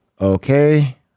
Okay